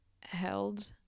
held